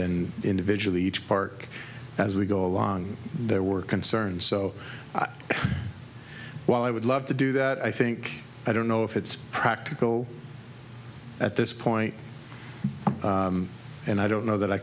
then individually each park as we go along there were concerned so while i would love to do that i think i don't know if it's practical at this point and i don't know that i